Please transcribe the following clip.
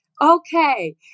Okay